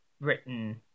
written